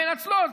מנצלות,